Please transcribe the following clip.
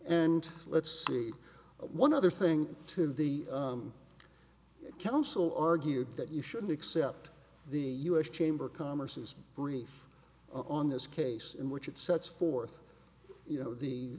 and let's see one other thing to the council argued that you should accept the u s chamber of commerce's brief on this case in which it sets forth you know the